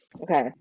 Okay